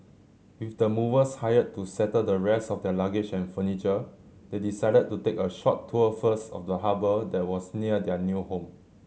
with the movers hired to settle the rest of their luggage and furniture they decided to take a short tour first of the harbour that was near their new home